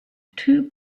two